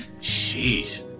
Jeez